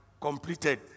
completed